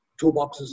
toolboxes